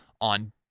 on